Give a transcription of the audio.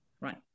Right